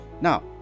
Now